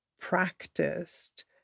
practiced